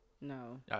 No